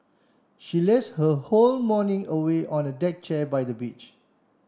she lazed her whole morning away on a deck chair by the beach